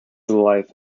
life